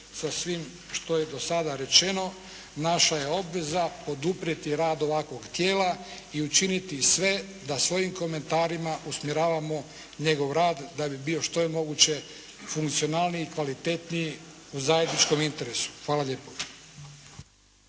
sa svim što je do sada rečeno. Naša je obveza poduprijeti rad ovakvog tijela i učiniti sve da svojim komentarima usmjeravamo njegov rad da bi bio što je moguće funkcionalniji i kvalitetniji u zajedničkom interesu. Hvala lijepo.